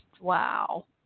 wow